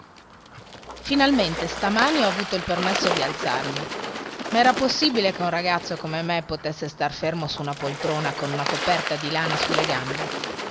finalmente stamani ho avuto il permesso di alzarmi ma era possibile che un ragazzo come me potesse star fermo su una poltrona con una coperta di lana sulle gambe